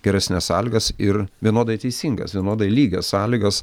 geresnes sąlygas ir vienodai teisingas vienodai lygias sąlygas